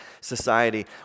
society